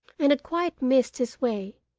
and had quite missed his way,